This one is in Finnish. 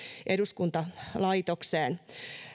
eduskuntalaitokseen